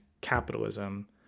capitalism